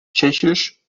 tschechisch